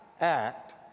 act